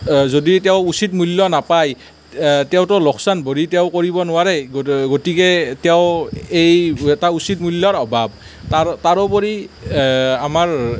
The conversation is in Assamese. যদি তেওঁ উচিত মূল্য নাপায় তেওঁটো লোকছান ভৰি তেওঁ কৰিব নোৱাৰে গতিকে তেওঁ এটা উচিত মূল্যৰ অভাৱ তাৰোপৰি আমাৰ